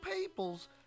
peoples